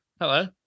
hello